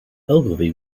ogilvy